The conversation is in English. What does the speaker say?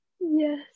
Yes